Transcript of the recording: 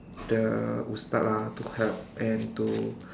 the ustaz lah to help and to